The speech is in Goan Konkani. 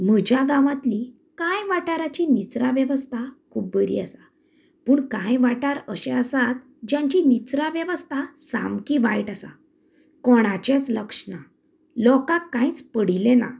म्हज्या गांवांतली कांय वाठारांची निचरां वेवस्था खूब बरी आसा पूण कांय वाठार अशें आसात ज्यांची निचरां वेवस्था सामकीं वायट आसा कोणाचेच लक्ष ना लोकांक कांयच पडिल्ले ना